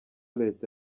leta